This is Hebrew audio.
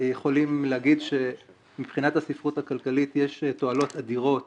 יכולים להגיד שמבחינת הספרות הכלכלית יש תועלות אדירות,